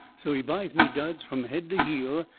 so he buys me duds from head to heel,